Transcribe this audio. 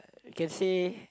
you can say